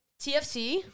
tfc